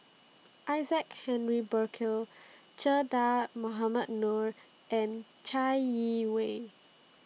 Isaac Henry Burkill Che Dah Mohamed Noor and Chai Yee Wei